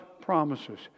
promises